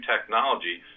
technology